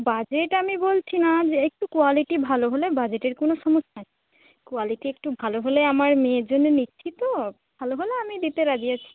budget আমি বলছি না যে একটু কোয়ালিটি ভালো হলে বাজেটের কোনো সমস্যা নেই কোয়ালিটি একটু ভালো হলে আমার মেয়ের জন্যে নিচ্ছি তো ভালো হলে আমি দিতে রাজি আছি